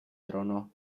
trono